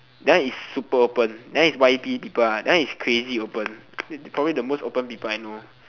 that one is super open that one is yep people one that one is crazy open probably the most open people I know